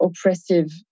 oppressive